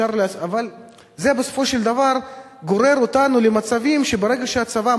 אבל זה בסופו של דבר גורר אותנו למצבים שברגע שהצבא